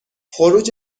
خروج